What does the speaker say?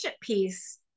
piece